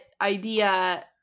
idea